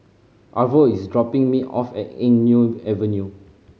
Arvo is dropping me off at Eng Neo Avenue